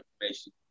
information